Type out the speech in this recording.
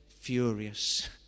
Furious